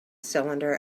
cylinder